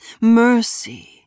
Mercy